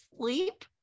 sleep